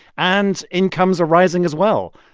and incomes are rising as well.